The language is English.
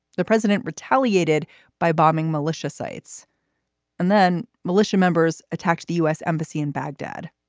the president retaliated by bombing militia sites and then militia members attacked the u s. embassy in baghdad,